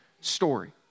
story